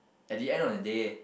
at the end on the day